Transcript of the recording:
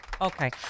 Okay